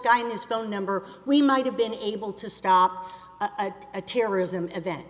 guy and his phone number we might have been able to stop a terrorism event